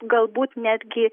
galbūt netgi